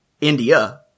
India